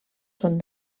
són